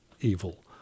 evil